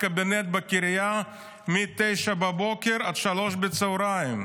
קבינט בקריה מ-09:00 בבוקר עד 15:00 בצוהריים,